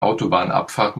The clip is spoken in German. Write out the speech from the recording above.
autobahnabfahrt